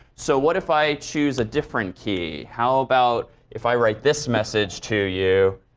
so what if i choose a different key? how about if i write this message to you,